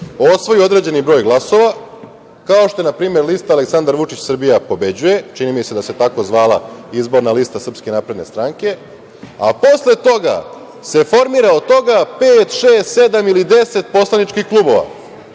osvoji određeni broj glasova, kao što je na primer lista Aleksandar Vučić – Srbija pobeđuje, čini mi se da se tako zvala izborna lista SNS, a posle toga se formira od toga pet, šest, sedam ili 10 poslaničkih klubova.